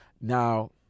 Now